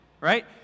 right